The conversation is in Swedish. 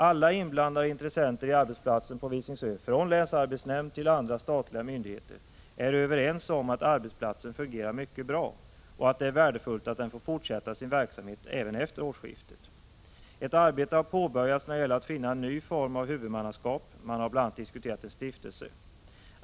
Alla inblandade intressenter i arbetsplatsen på Visingsö från länsarbetsnämnd till andra statliga myndigheter är överens om att arbetsplatsen fungerar mycket bra och att det är värdefullt att den får fortsätta sin verksamhet även efter årsskiftet. Ett arbete har påbörjats när det gäller att finna en ny form av huvudmannaskap. Man har bl.a. diskuterat en stiftelse.